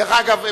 דרך אגב,